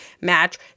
match